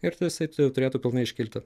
ir tada jisai jau turėtų pilnai iškilti